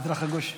במזרח הגוש.